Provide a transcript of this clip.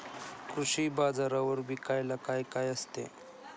कृषी बाजारावर विकायला काय काय असते?